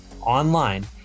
online